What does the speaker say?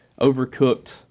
overcooked